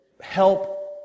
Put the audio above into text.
help